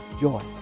joy